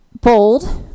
bold